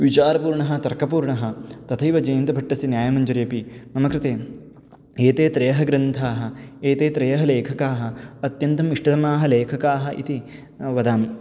विचारपूर्णः तर्कपूर्णः तथैव जयन्तभट्टस्य न्यायमञ्जरी अपि मम कृते एते त्रयः ग्रन्थाः एते त्रयः लेखकाः अत्यन्तम् इष्टतमाः लेखकाः इति वदामि